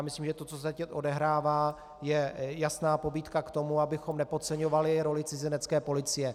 Myslím, že to, co se teď odehrává, je jasná pobídka k tomu, abychom nepodceňovali roli Cizinecké policie.